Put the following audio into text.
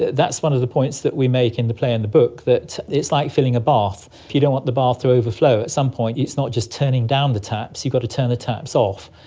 that's one of the points that we make in the play and the book, that it's like filling a bath if you don't want the bath to overflow, at some point it's not just turning down the taps, you've got to turn the taps off.